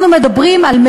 אנחנו מדברים על,